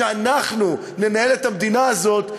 כשאנחנו ננהל את המדינה הזאת,